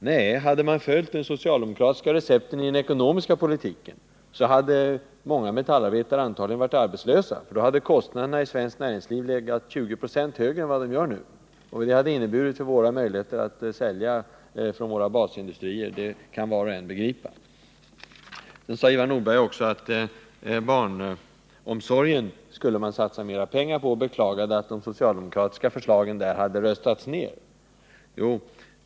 Nej, hade man följt de socialdemokratiska recepten i den ekonomiska politiken hade många metallarbetare antagligen varit arbetslösa, för då hade kostnaderna i svenskt näringsliv legat 20 ?6 högre än de gör nu, och vad det hade inneburit för våra möjligheter att sälja från våra basindustrier kan var och en begripa! Sedan sade Ivar Nordberg också att man skulle satsa mer pengar på barnomsorgen och beklagade att de socialdemokratiska förslagen hade röstats ned.